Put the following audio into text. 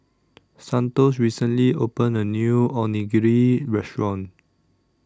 Santos recently opened A New Onigiri Restaurant